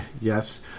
yes